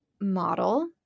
model